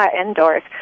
indoors